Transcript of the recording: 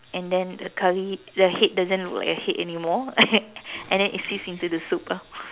and then the curry the head doesn't look like a head anymore and then it seeps into the soup lah